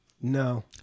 No